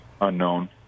unknown